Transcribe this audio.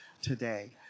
today